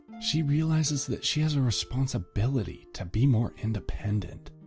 she realizes that she has a responsibility to be more independent.